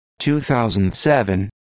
2007